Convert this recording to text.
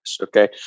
Okay